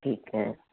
ਠੀਕ ਹੈ